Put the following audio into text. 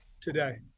today